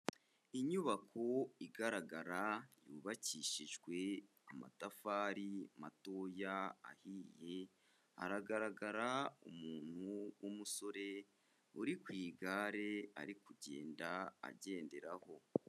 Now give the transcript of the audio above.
Inyubako igaragara yubakishijwe amatafari matoya ahiye, haragaragara umuntu w'umusore uri ku igare ari kugenda agenderaho.